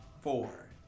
Four